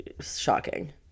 shocking